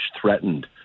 threatened